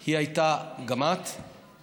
היא הייתה, גם לי יש אביגיל,